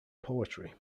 poetry